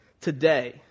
Today